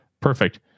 Perfect